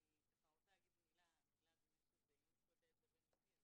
אני רוצה לומר מילה מאחר וזה יום זכויות הילד הבינלאומי.